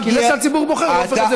זה שהציבור בוחר לא הופך את זה,